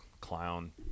clown